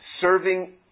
serving